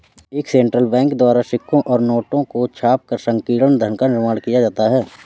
एक central bank द्वारा सिक्कों और बैंक नोटों को छापकर संकीर्ण धन का निर्माण किया जाता है